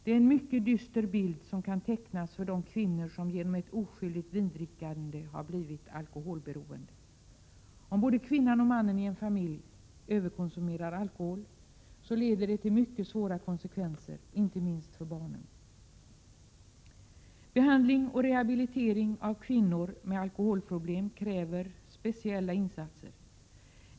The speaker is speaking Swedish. En mycket dyster bild kan tecknas för de kvinnor som genom ett oskyldigt vindrickande har blivit alkoholberoende. Om både kvinnan och mannen i en familj överkonsumerar alkohol leder det till mycket svåra konsekvenser, inte minst för barnen. Behandling och rehabilitering av kvinnor med alkoholproblem kräver speciella insatser.